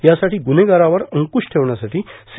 यासाठी गुव्हेगारावर अंकुश ठेवण्यासाठी सी